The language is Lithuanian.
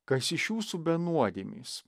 kas iš jūsų be nuodėmės